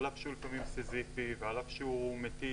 על אף שהוא לפעמים סיזיפי ועל אף שהוא מתיש,